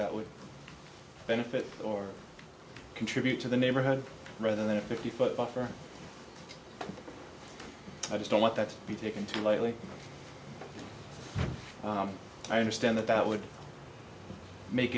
that would benefit or contribute to the neighborhood rather than a fifty foot buffer i just don't want that to be taken too lightly i understand that that would make